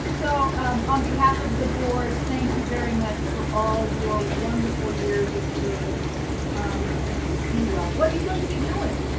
so on behalf of the board, thank you very much for all your wonderful years of service and be well. what are you going to be doing?